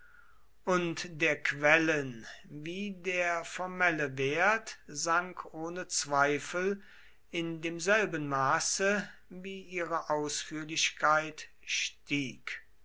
und der quellen wie der formelle wert sank ohne zweifel in demselben maße wie ihre ausführlichkeit stieg